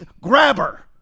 grabber